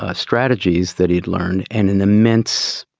ah strategies that he'd learned and an immense